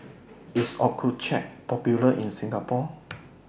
IS Accucheck Popular in Singapore